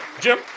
Jim